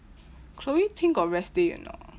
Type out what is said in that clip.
chloe ting got rest day or not